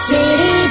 City